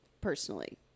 personally